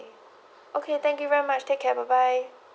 okay thank you very much take care bye bye